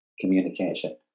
communication